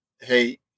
hey